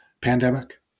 pandemic